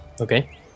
Okay